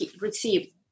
receive